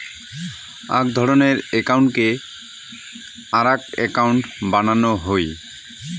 আক ধরণের একউন্টকে আরাক একউন্ট বানানো হই